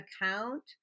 account